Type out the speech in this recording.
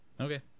Okay